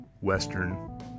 Western